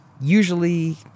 usually